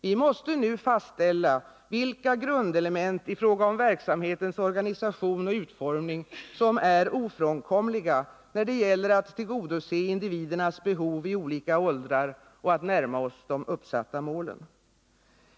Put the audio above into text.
Vi måste nu fastställa vilka grundelement i fråga om verksamhetens organisation och utformning som är ofrånkomliga, då det gäller att tillgodose individernas behov i olika åldrar och att närma oss de uppsatta målen.